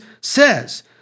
says